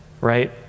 right